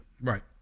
Right